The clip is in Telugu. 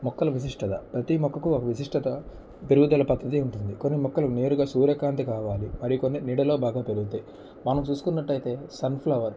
మొక్కల విశిష్టత ప్రతీ మొక్కకు ఒక విశిష్టత పెరుగుదల పద్ధతి ఉంటుంది కొన్ని మొక్కలు నేరుగా సూర్యకాంతి కావాలి మరి కొన్ని నీడలో బాగా పెరుగుతాయి మనం చూసుకున్నట్టయితే సన్ఫ్లవర్